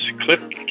clip